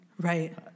right